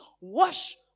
wash